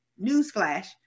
newsflash